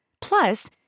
Plus